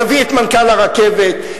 יביא את מנכ"ל הרכבת,